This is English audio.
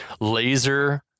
laser